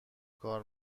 کار